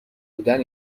بودن